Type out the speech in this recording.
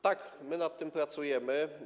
Tak, my nad tym pracujemy.